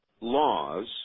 laws